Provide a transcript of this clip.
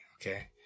Okay